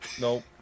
Nope